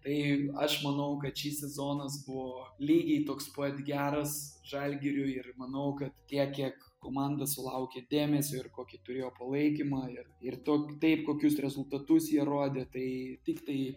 tai aš manau kad šis sezonas buvo lygiai toks pat geras žalgiriui ir manau kad tiek kiek komanda sulaukė dėmesio ir kokį turėjo palaikymą ir ir tok taip kokius rezultatus jie rodė tai tiktai